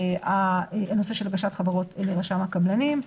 הנושא של הגשת חברות לרשם הקבלנים,